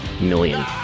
million